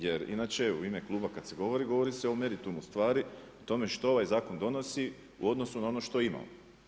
Jer inače u ime kluba kada se govori, govori se o meritumu stvari o tome što ovaj zakon donosi u odnosu na ono što imamo.